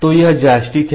तो यह जॉयस्टिक है